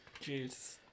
Jeez